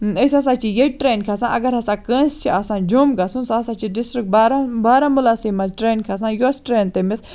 أسۍ ہَسا چھِ ییٚتھۍ ٹرین کھَسان اگر ہَسا کٲنٛسہِ چھُ آسان جوٚم گَژھُن سُہ ہَسا چھُ ڈِسٹرک بارا بارامُلاسے مَنٛز ٹرینہ کھَسان یۄس ٹرین تمِس